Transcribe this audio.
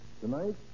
Tonight